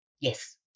Yes